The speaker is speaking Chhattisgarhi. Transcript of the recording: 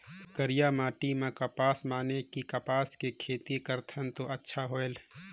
करिया माटी म कपसा माने कि कपास के खेती करथन तो अच्छा होयल?